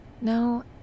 No